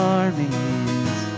armies